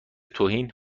توهین